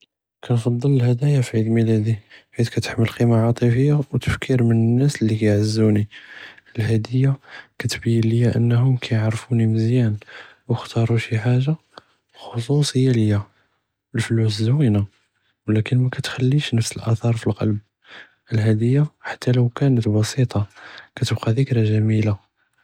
כנפצ׳ל אלהדאיא פי עיד מילאדי חית כתחמל קימה עטפיה ו תפכּיר מן א־נאס לי כיעזוני, אלהדיה כתבּין ליא אנהם כיערפוני מזיאן ו אכתארו שי חאגה ח׳צועיה ליא, אלפלוס זוינה ו אבלאכן מא כתכליש נפס אלאת׳ר פי אלקלב, אלהדיה חתה לא כאנת בסיטה כתבקא דכרה ג׳מילה.